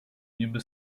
niby